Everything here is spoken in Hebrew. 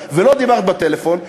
ולא דיברת בטלפון,